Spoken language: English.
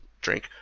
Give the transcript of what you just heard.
drink